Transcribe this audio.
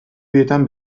bietan